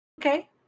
Okay